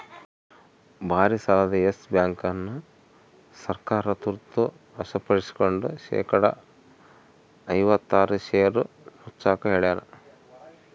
ಭಾರಿಸಾಲದ Yes Bank ಅನ್ನು ಸರ್ಕಾರ ತುರ್ತ ವಶಪಡಿಸ್ಕೆಂಡು ಶೇಕಡಾ ಐವತ್ತಾರು ಷೇರು ಮುಚ್ಚಾಕ ಹೇಳ್ಯಾರ